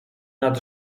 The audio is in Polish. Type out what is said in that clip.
nad